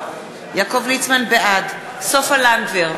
בעד סופה לנדבר,